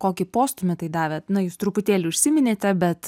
kokį postūmį tai davėt na jūs truputėlį užsiminėte bet